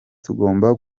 tugomba